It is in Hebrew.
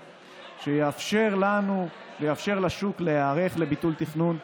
שיאפשר לנו ויאפשר לשוק להיערך לביטול תכנון.